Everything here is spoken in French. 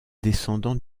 descendant